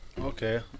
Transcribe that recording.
Okay